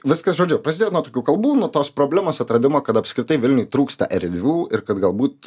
viskas žodžiu prasidėjo nuo tokių kalbų nuo tos problemos atradimo kad apskritai vilniuj trūksta erdvių ir kad galbūt